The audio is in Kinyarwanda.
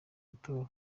gutora